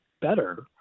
better